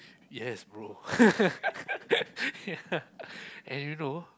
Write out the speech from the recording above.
yes bro yeah and you know